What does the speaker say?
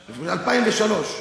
ב-2003.